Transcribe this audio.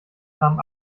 kram